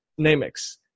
Namex